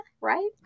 right